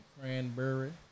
Cranberry